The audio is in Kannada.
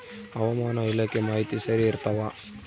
ಹವಾಮಾನ ಇಲಾಖೆ ಮಾಹಿತಿ ಸರಿ ಇರ್ತವ?